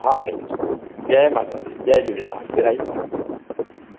हा साईं हा जय माता दी जय झूलेलाल बेड़ा ई पार